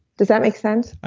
does that make sense?